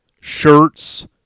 shirts